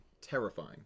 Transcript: terrifying